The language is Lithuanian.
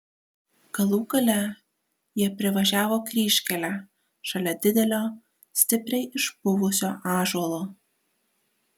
galų gale jie privažiavo kryžkelę šalia didelio stipriai išpuvusio ąžuolo